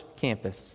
campus